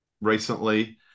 recently